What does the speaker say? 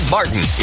Martin